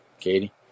Katie